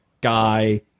guy